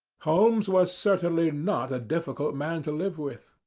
holmes was certainly not a difficult man to live with.